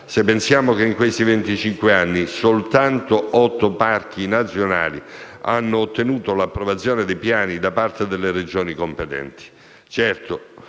venticinque anni soltanto otto parchi nazionali hanno ottenuto l'approvazione dei piani da parte delle Regioni competenti.